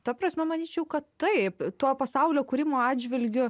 ta prasme manyčiau kad taip tuo pasaulio kūrimo atžvilgiu